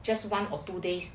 just one or two days